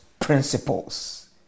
principles